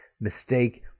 mistake